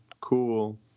Cool